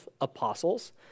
apostles